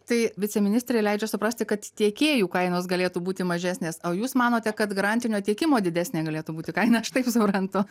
tai viceministrė leidžia suprasti kad tiekėjų kainos galėtų būti mažesnės o jūs manote kad garantinio tiekimo didesnė galėtų būti kaina aš taip suprantu